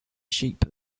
sheep